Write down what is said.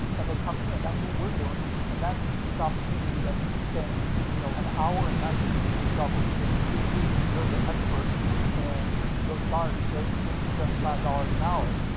and they come to me. and that's what we're doing. and that's a unique opportunity that you can spend you know an hour a night teaching yourself. within three three weeks, you're the expert and you can go charge thirty, fifty, seventy five dollars an hour.